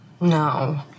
No